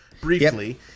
briefly